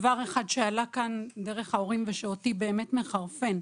דבר שעלה דרך ההורים ושאותי מחרפן,